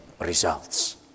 results